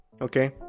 okay